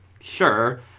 Sure